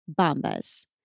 Bombas